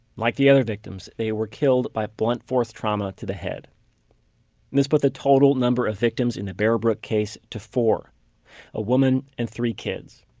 like the other victims they were killed by blunt force trauma to the head this put the total number of victims in the bear brook case to four a woman and three kids.